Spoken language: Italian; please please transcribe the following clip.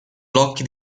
blocchi